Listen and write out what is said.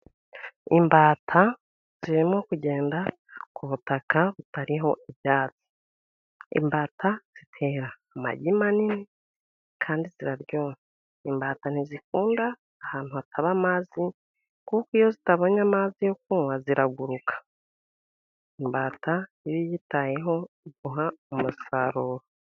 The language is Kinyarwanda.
Imbata zirimo kugenda ku butaka butariho ibyatsi. Imbata zitera amagi manini kandi ziraryoha. Imbata ntizikunda ahantu hataba amazi, kuko iyo zitabonye amazi yo kunywa ziraguruka. Imbata iyo uyitayeho iguha umusaruro.